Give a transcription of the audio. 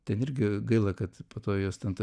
ten irgi gaila kad po to jos ten ta